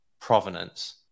provenance